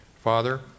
Father